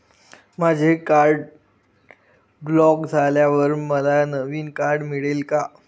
माझे card block झाल्यावर मला नवीन कार्ड मिळेल का?